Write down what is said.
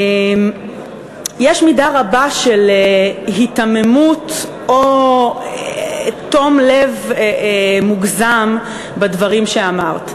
יש מידה רבה של היתממות או תום לב מוגזם בדברים שאמרת.